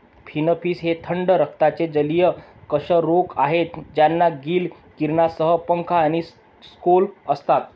finfish हे थंड रक्ताचे जलीय कशेरुक आहेत ज्यांना गिल किरणांसह पंख आणि स्केल असतात